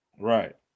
Right